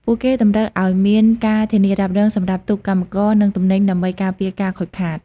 ពួកគេតម្រូវឱ្យមាន ការធានារ៉ាប់រង សម្រាប់ទូក កម្មករ និងទំនិញដើម្បីការពារការខូចខាត។